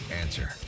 Answer